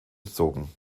erzogen